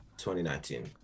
2019